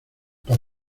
por